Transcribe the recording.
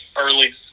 early